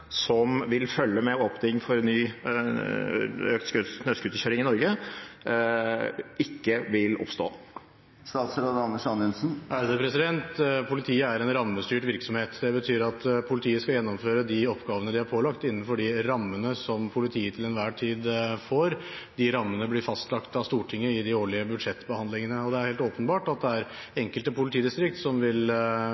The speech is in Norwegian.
vil oppstå problemer som følge av åpning for økt snøscooterkjøring i Norge? Politiet er en rammestyrt virksomhet. Det betyr at politiet skal gjennomføre de oppgavene de er pålagt innenfor de rammene som politiet til enhver tid får. De rammene blir fastsatt av Stortinget i de årlige budsjettbehandlingene. Det er helt åpenbart at det er enkelte politidistrikt som vil